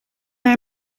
naar